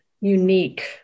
unique